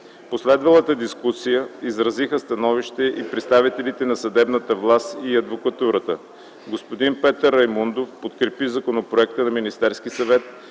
последвалата дискусия изразиха становище и представителите на съдебната власт и адвокатурата. Господин Петър Раймундов подкрепи законопроекта на Министерския съвет,